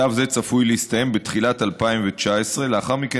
שלב זה צפוי להסתיים בתחילת 2019. לאחר מכן